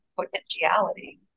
potentiality